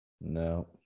No